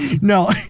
No